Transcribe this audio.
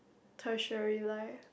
tertiary life